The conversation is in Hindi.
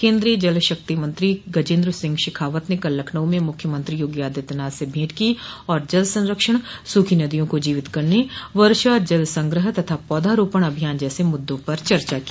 केन्द्रीय जल शक्ति मंत्री गजेंद्र सिंह शेखावत ने कल लखनऊ में मुख्यमंत्री योगी आदित्यनाथ से भेंट की और जल संरक्षण स्खी नदियों को जीवित करने वर्षा जल संग्रह तथा पौधा रोपण अभियान जैसे मुद्दों पर चर्चा की